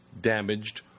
damaged